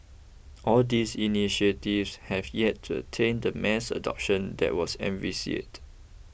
all these initiatives have yet to attain the mass adoption that was envisaged